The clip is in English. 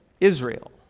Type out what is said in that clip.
Israel